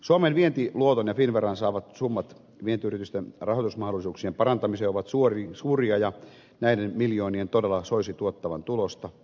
suomen vientiluoton ja finnveran saamat summat vientiyritysten rahoitusmahdollisuuk sien parantamiseen ovat suuria ja näiden miljoonien todella soisi tuottavan tulosta